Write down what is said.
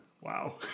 Wow